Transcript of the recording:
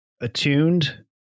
attuned